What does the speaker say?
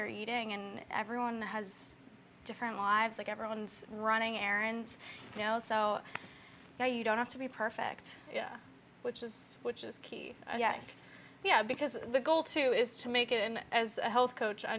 you're eating and everyone has different lives like everyone's running errands now so now you don't have to be perfect which is which is key yes yeah because the goal too is to make it in as a health coach i